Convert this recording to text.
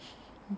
mm